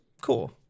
Cool